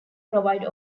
provide